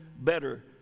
better